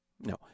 no